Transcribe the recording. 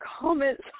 comments